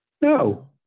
No